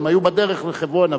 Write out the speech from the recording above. הם היו בדרך לחברון,